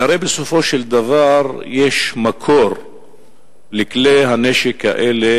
הרי בסופו של דבר יש מקור לכלי הנשק האלה,